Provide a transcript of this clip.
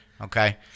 Okay